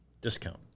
discount